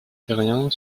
terrien